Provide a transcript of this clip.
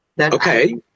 Okay